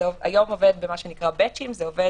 היום זה עובד בבאצ'ים ((batch,